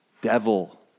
Devil